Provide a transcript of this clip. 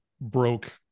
broke